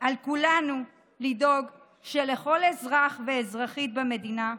על כולנו לדאוג שלכל אזרח ואזרחית במדינה,